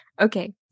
Okay